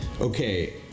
okay